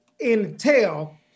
entail